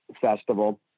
festival